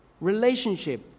Relationship